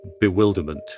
bewilderment